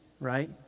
right